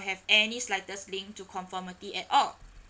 have any slightest link to conformity at all